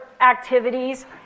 activities